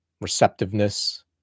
receptiveness